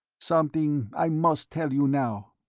something i must tell you now.